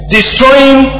Destroying